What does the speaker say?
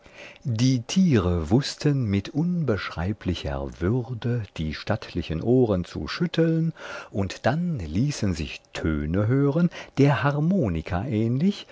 die tiere wußten mit unbeschreiblicher würde die stattlichen ohren zu schütteln und dann ließen sich töne hören der harmonika ähnlich